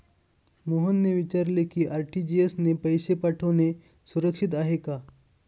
मोहनने विचारले की आर.टी.जी.एस ने पैसे पाठवणे सुरक्षित आहे का?